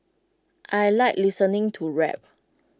I Like listening to rap